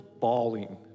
bawling